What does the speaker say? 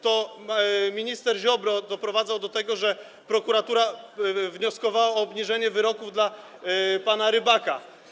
To minister Ziobro doprowadzał do tego, że prokuratura wnioskowała o obniżenie wyroków dla pana Rybaka.